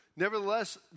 Nevertheless